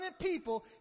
people